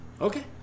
Okay